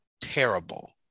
terrible